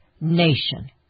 nation